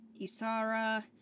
Isara